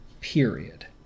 period